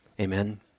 Amen